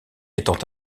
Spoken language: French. étant